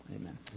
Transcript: Amen